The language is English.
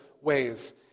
ways